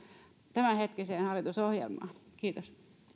tämänhetkiseen hallitusohjelmaan kiitos